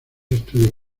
estudios